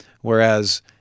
Whereas